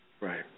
Right